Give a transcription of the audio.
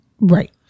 Right